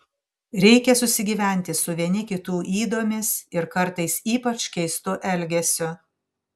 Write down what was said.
reikia susigyventi su vieni kitų ydomis ir kartais ypač keistu elgesiu